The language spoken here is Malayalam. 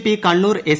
P Kannur S